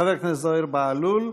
חבר הכנסת זוהיר בהלול,